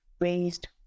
raised